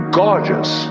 gorgeous